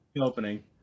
opening